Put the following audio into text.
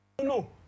no